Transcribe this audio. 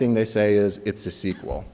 thing they say is it's a sequel